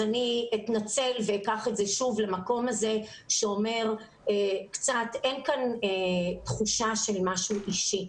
אני אתנצל ואקח את זה שוב למקום הזה שאומר שאין כאן תחושה של משהו אישי.